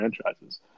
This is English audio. franchises